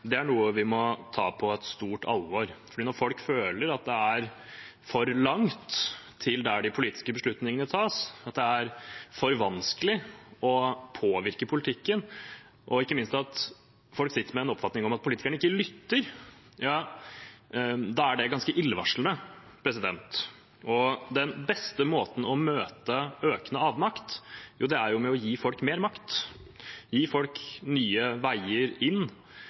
er noe vi må ta på stort alvor. For når folk føler at det er for langt dit de politiske beslutningene tas, at det er for vanskelig å påvirke politikken, og ikke minst at folk sitter med en oppfatning av at politikerne ikke lytter, da er det ganske illevarslende. Den beste måten å møte økende avmakt på er å gi folk mer makt og nye